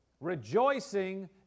Rejoicing